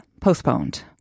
postponed